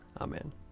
Amen